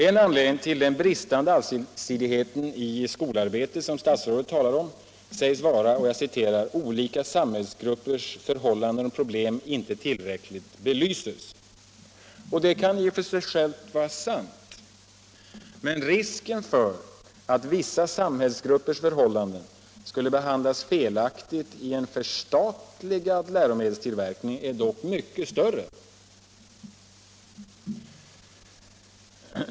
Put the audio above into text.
En anledning till den bristande allsidigheten i skolarbetet som statsrådet talar om sägs vara att ”olika samhällsgruppers förhållanden och problem inte tillräckligt belyses”. Det kan i och för sig vara sant. Risken för att ”vissa samhällsgruppers förhållanden” skulle behandlas felaktigt i en förstatligad läromedelstillverkning är dock mycket större.